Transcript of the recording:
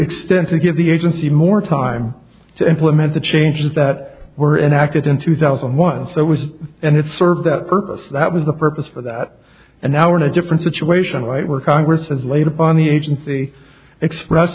extend to give the agency more time to implement the changes that were enacted in two thousand and one so it was and it served that purpose that was the purpose for that and now we're in a different situation right where congress has laid upon the agency express